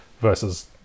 versus